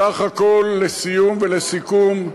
סך הכול, לסיום ולסיכום,